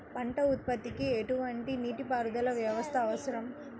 పంట ఉత్పత్తికి ఎటువంటి నీటిపారుదల వ్యవస్థ అవసరం?